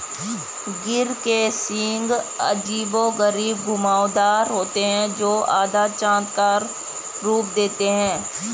गिर के सींग अजीबोगरीब घुमावदार होते हैं, जो आधा चाँद का रूप देते हैं